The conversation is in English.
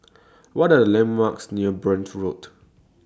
What Are The landmarks near Burn Road